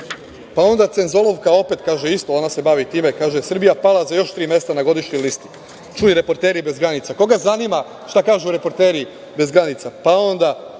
onda „Cenzolovka“ opet, kaže, isto ona se bavi time, kaže: „Srbija pala za još tri mesta na godišnjoj listi“. Čuj, reporteri bez granica. Koga zanima šta kažu reporteri bez granica? Pa, onda